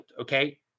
Okay